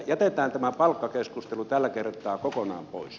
jätetään tämä palkkakeskustelu tällä kertaa kokonaan pois